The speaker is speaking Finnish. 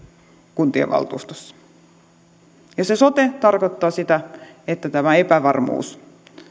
kuntien valtuustoissa se sote tarkoittaa sitä että tämä epävarmuus